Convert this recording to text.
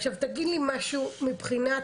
עכשיו תגיד לי משהו מבחינת,